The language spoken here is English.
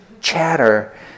chatter